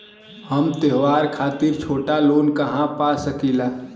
हम त्योहार खातिर छोटा लोन कहा पा सकिला?